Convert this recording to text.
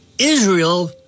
Israel